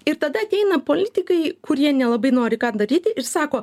ir tada ateina politikai kurie nelabai nori ką daryti ir sako